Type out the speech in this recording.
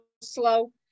slow